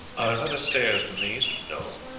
are there other stairs than these? no.